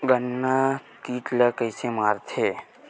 गन्ना के कीट ला कइसे मारथे?